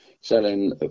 selling